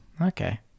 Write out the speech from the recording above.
Okay